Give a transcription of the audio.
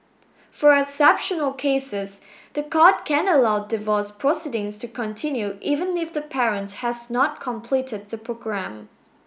for exceptional cases the court can allow divorce proceedings to continue even if the parent has not completed the programme